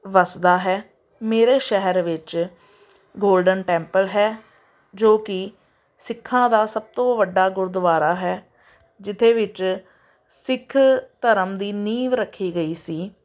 ਵਸਦਾ ਹੈ ਮੇਰੇ ਸ਼ਹਿਰ ਵਿੱਚ ਗੋਲਡਨ ਟੈਂਪਲ ਹੈ ਜੋ ਕਿ ਸਿੱਖਾਂ ਦਾ ਸਭ ਤੋਂ ਵੱਡਾ ਗੁਰਦੁਆਰਾ ਹੈ ਜਿਹਦੇ ਵਿੱਚ ਸਿੱਖ ਧਰਮ ਦੀ ਨੀਂਹ ਰੱਖੀ ਗਈ ਸੀ